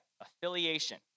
affiliation